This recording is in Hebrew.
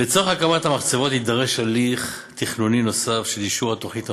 לצורך הקמת המחצבות יידרש הליך תכנוני נוסף של אישור התוכנית המפורטת.